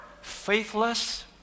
faithless